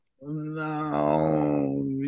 No